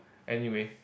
anyway